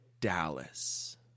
Dallas